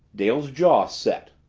dale's jaw set.